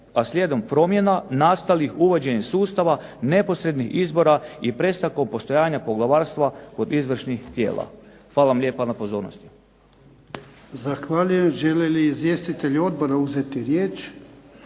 pa slijedom promjena nastalih uvođenjem sustava neposrednih izbora i prestankom postojanja poglavarstva kod izvršnih tijela. Hvala vam lijepa na pozornosti.